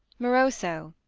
moroso,